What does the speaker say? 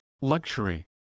Luxury